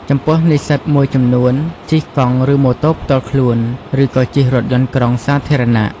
ចំពោះនិស្សិតមួយចំនួនជិះកង់ ឬម៉ូតូផ្ទាល់ខ្លួន ឬក៏ជិះរថយន្តក្រុងសាធារណៈ។